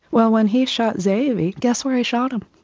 well when he shot ze'evy guess where he shot him?